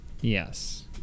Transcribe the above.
Yes